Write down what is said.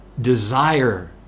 desire